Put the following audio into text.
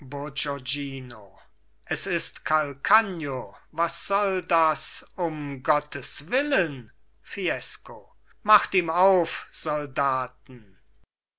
es ist calcagno was soll das um gottes willen fiesco macht ihm auf soldaten